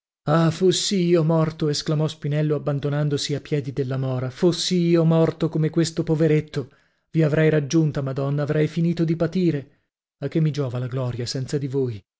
ah fossi io morto esclamò spinello abbandonandosi a piedi della mora fossi io morto come questo poveretto vi avrei raggiunta madonna avrei finito di patire a che mi giova la gloria senza di voi